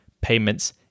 payments